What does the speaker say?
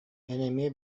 эмиэ